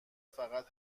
فقط